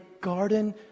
garden